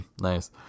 Nice